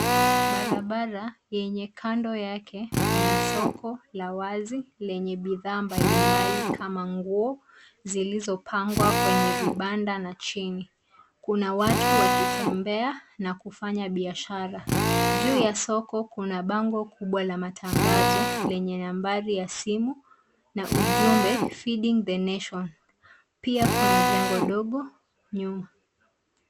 Barabara yenye kando yake kuna soko la wazi lenye bidhaa mbali mbali kama nguo zilizopangwa vibanda na chini. Kuna watu wakitembea na kufanya biashara. Juu ya soko kuna bango kubwa la matangazo lenye nambari ya simu na ujumbe Feeding The Nation . Pia kuna jengo dogo nyuma.